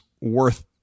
worth